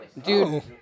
Dude